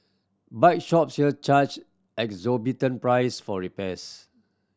bike shops here charge exorbitant price for repairs